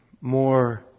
more